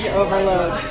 overload